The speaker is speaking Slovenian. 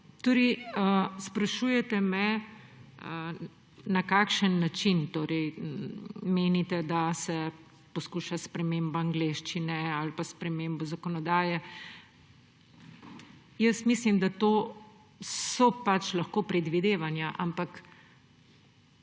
Vladi. Sprašujete me, na kakšen način. Torej menite, da se poskuša s spremembo angleščine ali pa s spremembo zakonodaje. Mislim, da to so pač lahko predvidevanja, ampak